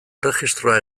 erregistroa